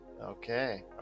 Okay